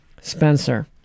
Spencer